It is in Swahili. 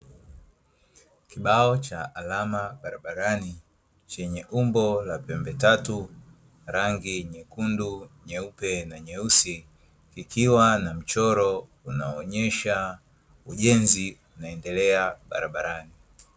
Kibao cha alama barabarani chenye umbo la pembe tatu, rangi nyekundu, nyeupe na nyeusi, ikiwa na mchoro unaoonyesha ujenzi unaendelea barabarani.